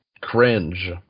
Cringe